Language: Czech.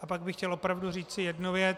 A pak bych chtěl opravdu říci jednu věc.